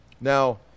Now